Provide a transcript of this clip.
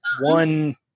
one